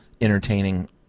entertaining